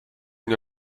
nie